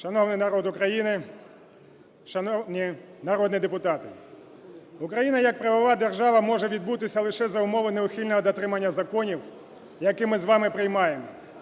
Шановний народ України! Шановні народні депутати! Україна як правова держава може відбутися лише за умови неухильного дотримання законів, які ми з вами приймаємо.